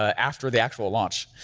ah after the actual launch.